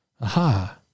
Aha